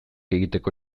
egiteko